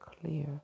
clear